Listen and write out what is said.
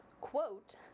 quote